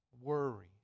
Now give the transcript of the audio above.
worry